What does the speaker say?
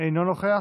אינו נוכח,